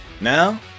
Now